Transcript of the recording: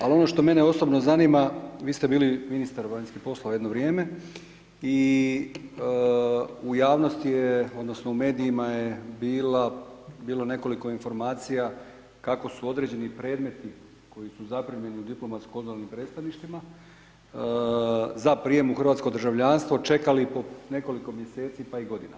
Ali ono što mene osobno zanima, vi ste bili ministar vanjski poslova neko vrijeme i u javnosti je, odnosno u medijima je bilo nekoliko informacija kako su određeni predmeti koji su zaprimljeni u diplomatsko konzularnim predstavništvima za prijem u hrvatsko državljanstvo čekali i po nekoliko mjeseci pa i godina.